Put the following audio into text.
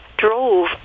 drove